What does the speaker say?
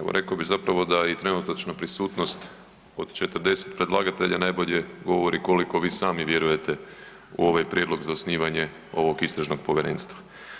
evo rekao bih zapravo da i trenutačna prisutnost od 40 predlagatelja najbolje govori koliko vi sami vjerujete u ovaj prijedlog za osnivanje ovog istražnog povjerenstva.